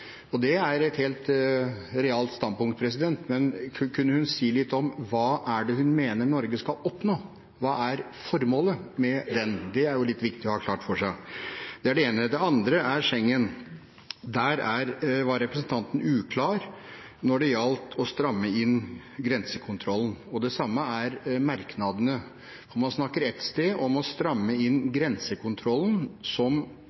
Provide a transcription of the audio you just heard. avtalen. Det er et helt realt standpunkt, men kunne hun si litt om hva det er hun mener Norge skal oppnå? Hva er formålet med det? Det er litt viktig å ha klart for seg. Det er det ene. Det andre er Schengen. Der var representanten Woldseth uklar når det gjaldt å stramme inn grensekontrollen, og det samme gjelder merknadene. Man snakker et sted om å stramme inn grensekontrollen, som